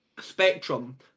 spectrum